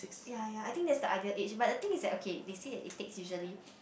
ya ya I think that's the ideal age but the thing is that okay they say that if take usually